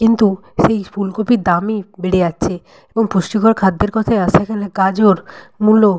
কিন্তু সেই ফুলকপির দামই বেড়ে যাচ্ছে এবং পুষ্টিকর খাদ্যের কথায় আসা গেলে গাজর মূলো